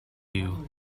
you